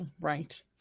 Right